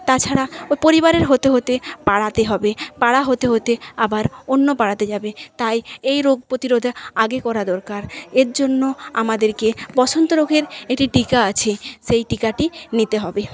তাছাড়া পরিবারের হতে হতে পাড়াতে হবে পাড়া হতে হতে আবার অন্য পাড়াতে যাবে তাই এই রোগ প্রতিরোধ আগে করা দরকার এর জন্য আমাদেরকে বসন্ত রোগের একটি টিকা আছে সেই টিকাটি নিতে হবে